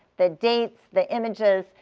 the dates, the images,